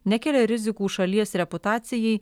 nekelia rizikų šalies reputacijai